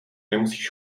nemusíš